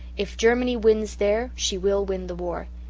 if germany wins there she will win the war.